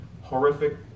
horrific